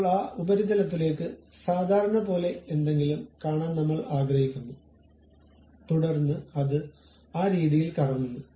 ഇപ്പോൾ ആ ഉപരിതലത്തിലേക്ക് സാധാരണപോലെ എന്തെങ്കിലും കാണാൻ നമ്മൾ ആഗ്രഹിക്കുന്നു തുടർന്ന് അത് ആ രീതിയിൽ കറങ്ങുന്നു